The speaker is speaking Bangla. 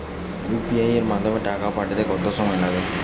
ইউ.পি.আই এর মাধ্যমে টাকা পাঠাতে কত সময় লাগে?